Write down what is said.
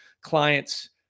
clients